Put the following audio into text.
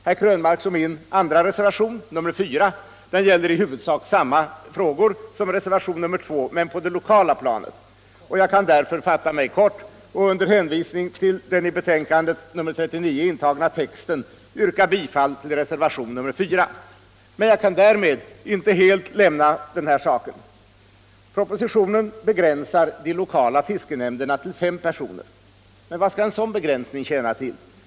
Herr Krönmarks och min andra reservation, nr 4, gäller i huvudsak samma frågor som reservationen 2 men på det lokala planet. Jag kan därför fatta mig kort och under hänvisning till den i betänkandet nr 39 intagna texten yrka bifall till reservationen 4. Men därmed kan jag inte helt lämna denna sak. men vad skall en sådan begränsning tjäna till?